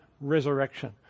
resurrection